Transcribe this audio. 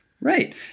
Right